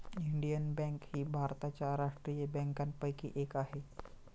Indian bank ही भारताच्या राष्ट्रीय बँकांपैकी एक आहे